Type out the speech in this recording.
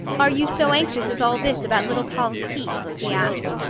are you so anxious as all this about little poll's teeth? he asked.